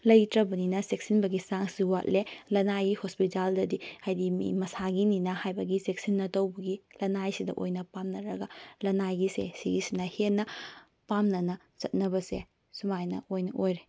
ꯂꯩꯇ꯭ꯔꯕꯅꯤꯅ ꯆꯦꯛꯁꯤꯟꯕꯒꯤ ꯆꯥꯡꯁꯨ ꯋꯥꯠꯂꯦ ꯂꯅꯥꯏꯒꯤ ꯍꯣꯁꯄꯤꯇꯥꯜꯗꯗꯤ ꯍꯥꯏꯗꯤ ꯃꯤ ꯃꯁꯥꯒꯤꯅꯤꯅ ꯍꯥꯏꯕꯒꯤ ꯆꯦꯛꯁꯤꯟꯅ ꯇꯧꯕꯒꯤ ꯂꯅꯥꯏꯁꯤꯗ ꯑꯣꯏꯅ ꯄꯥꯝꯅꯔꯒ ꯂꯅꯥꯏꯒꯤꯁꯦ ꯁꯤꯒꯤꯁꯤꯅ ꯍꯦꯟꯅ ꯄꯥꯝꯅꯅ ꯆꯠꯅꯕꯁꯦ ꯁꯨꯃꯥꯏꯅ ꯑꯣꯏꯅ ꯑꯣꯏꯔꯦ